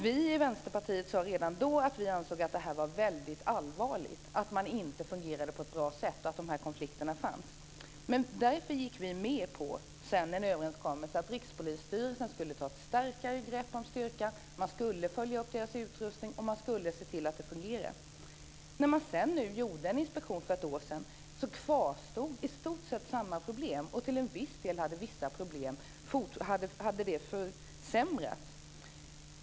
Vi i Vänsterpartiet sade redan då att vi ansåg att det var väldigt allvarligt att man inte fungerade på ett bra sätt och att de här konflikterna fanns. Därför gick vi sedan med på en överenskommelse om att Rikspolisstyrelsen skulle ta ett starkare grepp om styrkan. Man skulle följa upp deras utrustning och se till att det fungerade. När man sedan gjorde en inspektion för ett år sedan kvarstod i stort sett samma problem. Till viss del hade vissa problem förvärrats.